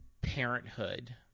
parenthood